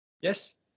Yes